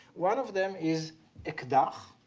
one of them is ekdach.